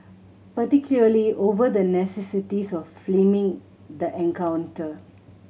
particularly over the necessity of filming the encounter